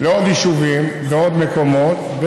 לעוד יישובים ועוד מקומות,